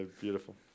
Beautiful